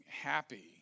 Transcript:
happy